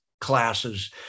classes